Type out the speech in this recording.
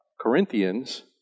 Corinthians